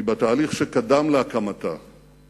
כי בתהליך שקדם להקמתה